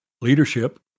leadership